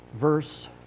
verse